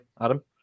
adam